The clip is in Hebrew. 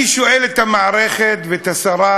אני שואל את המערכת ואת השרה,